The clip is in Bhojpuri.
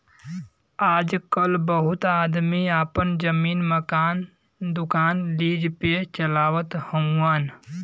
आजकल बहुत आदमी आपन जमीन, मकान, दुकान लीज पे चलावत हउअन